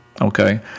Okay